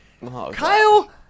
Kyle